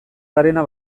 garena